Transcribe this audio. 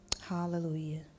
hallelujah